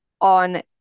on